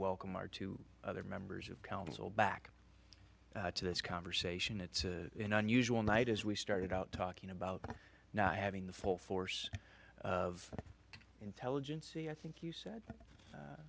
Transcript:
welcome our two other members of council back to this conversation it's unusual night as we started out talking about not having the full force of intelligence i think you said